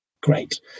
great